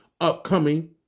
upcoming